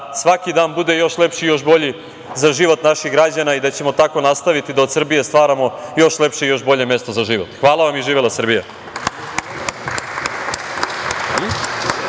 svaki dan bude još lepši i još bolji za život naših građana i da ćemo tako nastaviti da od Srbije stvaramo još lepše i još bolje mesto za život. Hvala vam. Živela Srbija!